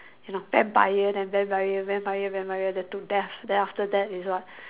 you know Vampire then Vampire Vampire Vampire then to death then after that is what